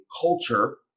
culture